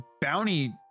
bounty